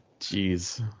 Jeez